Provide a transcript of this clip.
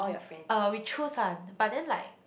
uh we choose one but then like